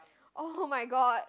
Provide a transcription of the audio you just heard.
oh-my-god